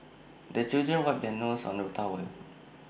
the children wipe their noses on the towel